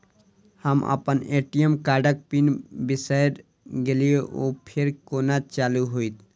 हम अप्पन ए.टी.एम कार्डक पिन बिसैर गेलियै ओ फेर कोना चालु होइत?